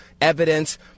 evidence